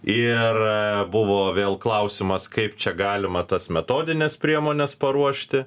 ir buvo vėl klausimas kaip čia galima tas metodines priemones paruošti